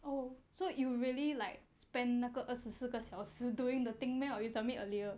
oh so it would really like spend 那个二十四个小时 doing the thing meh or you submit earlier